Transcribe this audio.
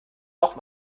auch